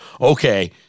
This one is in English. Okay